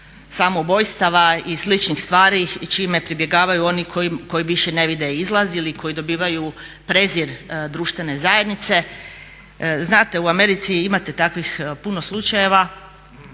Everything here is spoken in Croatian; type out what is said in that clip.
samoubojstava i sličnih stvari čime pribjegavaju oni koji više ne vide izlaz ili koji dobivaju prezir društvene zajednice. Znate u Americi imate takvih puno slučajeva,